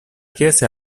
chiesa